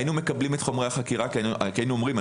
היינו מקבלים את חומרי החקירה כי היינו אומרים: